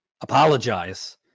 apologize